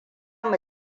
mu